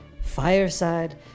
fireside